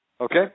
Okay